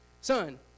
Son